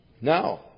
Now